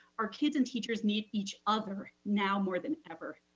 our kids and teachers need each other now more than ever.